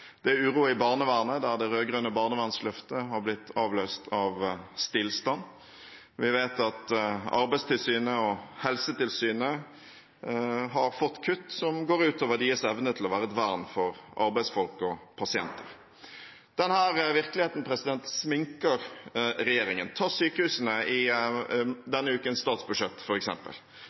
Det er uro i barnevernet, der det rød-grønne barnevernsløftet har blitt avløst av stillstand. Vi vet at Arbeidstilsynet og Helsetilsynet har fått kutt som går ut over deres evne til å være et vern for arbeidsfolk og pasienter. Denne virkeligheten sminker regjeringen. Ta sykehusene i denne ukens statsbudsjett,